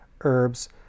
herbs